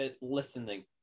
listening